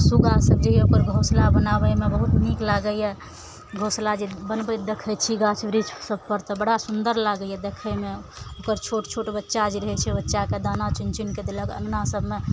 सुग्गा सभ जे होइए ओकर घोँसला बनाबयमे बहुत नीक लागइए घोँसला जे बनबैत देखय छी गाछ वृक्ष सभपर तऽ बड़ा सुन्दर लागइए देखयमे ओकर छोट छोट बच्चा जे रहय छै बच्चाके दाना चुनि चुनिके देलक अङ्गना सभमे